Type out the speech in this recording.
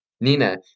Nina